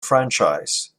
franchise